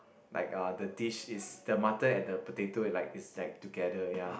like uh the dish is the mutton and the potato like is like together ya